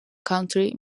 country